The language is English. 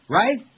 right